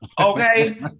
okay